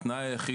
התנאי היחיד,